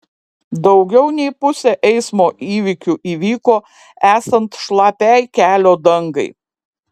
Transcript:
daugiau nei pusė eismo įvykių įvyko esant šlapiai kelio dangai